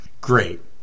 Great